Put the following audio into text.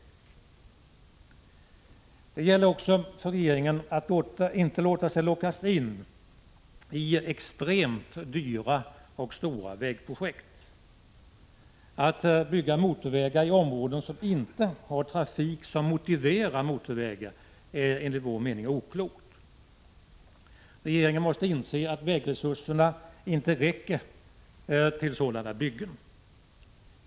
Det gäller också för regeringen att inte låta sig lockas in i extremt dyra och stora vägprojekt. Att bygga motorvägar i områden som inte har trafik som motiverar motorvägar är enligt vår mening oklokt. Regeringen måste inse att vägresurserna inte räcker till sådana byggen.